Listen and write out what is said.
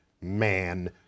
man